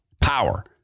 power